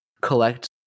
collect